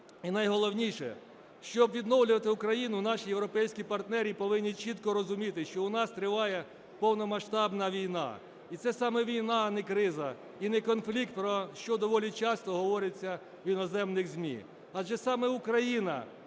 І найголовніше: щоб відновлювати Україну, наші європейські партнери повинні чітко розуміти, що у нас триває повномасштабна війна. І це саме війна, а не криза і не конфлікт, що доволі часто говориться в іноземних ЗМІ. Адже саме Україна